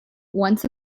once